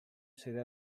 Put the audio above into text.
sede